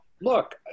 look